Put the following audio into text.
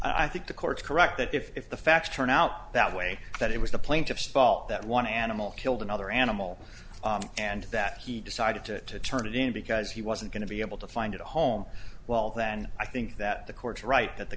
those i think the courts correct that if the facts turn out that way that it was the plaintiff's fault that one animal killed another animal and that he decided to turn it in because he wasn't going to be able to find a home well then i think that the courts are right that the